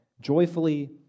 joyfully